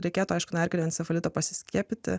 reikėtų aišku nuo erkinio encefalito pasiskiepyti